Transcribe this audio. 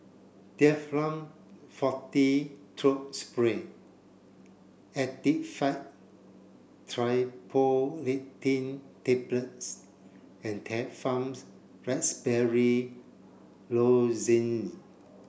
Difflam Forte Throat Spray Actifed Triprolidine Tablets and Difflam Raspberry Lozenge